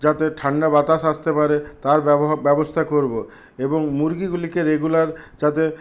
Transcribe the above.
যাতে ঠান্ডা বাতাস আসতে পারে তার ব্যবহার ব্যবস্থা করব এবং মুরগিগুলিকে রেগুলার যাতে